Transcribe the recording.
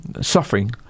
suffering